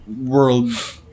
world